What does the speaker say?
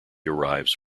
arrives